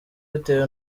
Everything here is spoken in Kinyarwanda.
bitewe